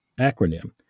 acronym